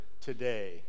today